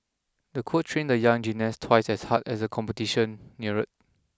the coach trained the young gymnast twice as hard as the competition neared